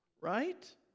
Right